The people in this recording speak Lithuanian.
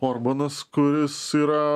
orbanas kuris yra